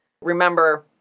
Remember